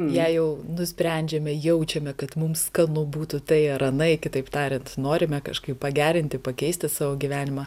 jei jau nusprendžiame jaučiame kad mums skanu būtų tai ar anai kitaip tariant norime kažkaip pagerinti pakeisti savo gyvenimą